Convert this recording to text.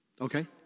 okay